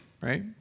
right